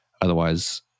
Otherwise